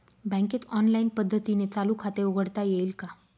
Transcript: बँकेत ऑनलाईन पद्धतीने चालू खाते उघडता येईल का?